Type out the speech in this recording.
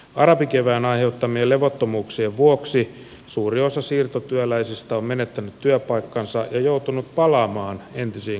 arabikevään aiheuttamien levottomuuksien vuoksi suuri osa siirtotyöläisistä on menettänyt työpaikkansa ja joutunut palaamaan entisiin kotimaihinsa